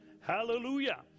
Hallelujah